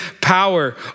power